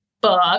book